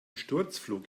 sturzflug